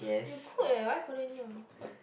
you could eh why couldn't you you could